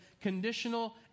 conditional